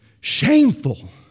shameful